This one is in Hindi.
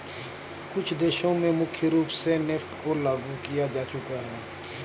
कुछ देशों में मुख्य रूप से नेफ्ट को लागू किया जा चुका है